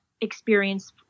experience